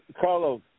Carlos